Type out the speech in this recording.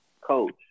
Coach